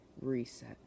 reset